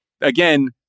again